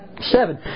Seven